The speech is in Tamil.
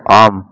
ஆம்